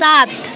सात